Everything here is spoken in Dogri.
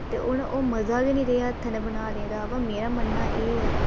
ते हून ओह् मजा गै नेईं रेहा हत्थें नै बनाने दा ब मेरा मन्नना एह् ऐ